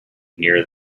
near